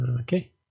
Okay